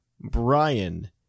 Brian